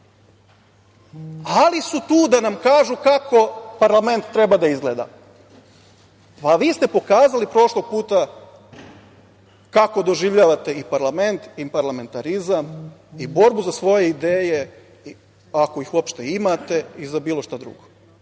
ali su tu da nam kažu kako parlament treba da izgleda, a vi ste pokazali prošlog puta kako doživljavate i parlament i parlamentarizam i borbu za svoje ideje ako ih uopšte imate i za bilo šta drugo.